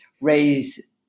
raise